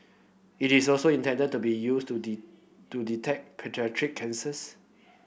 it is also intended to be used to to detect paediatric cancers